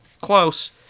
close